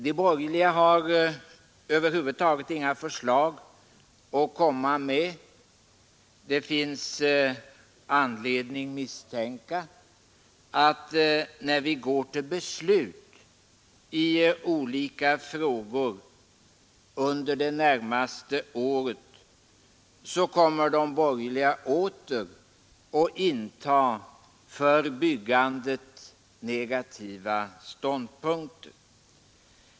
De borgerliga har över huvud taget inga förslag att komma med. Det finns anledning misstänka att när vi går till beslut i olika frågor under det närmaste året så kommer de borgerliga åter att inta för byggandet negativa ståndpunkter.